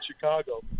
Chicago